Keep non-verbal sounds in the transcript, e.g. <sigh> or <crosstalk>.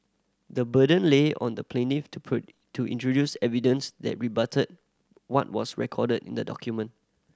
the burden lay on the plaintiff to <unintelligible> to introduce evidence that rebutted what was recorded in the document